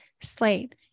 slate